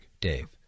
Dave